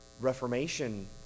reformation